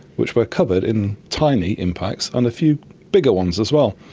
which were covered in tiny impacts and a few bigger ones as well,